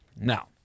Now